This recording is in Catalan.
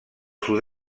sud